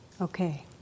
Okay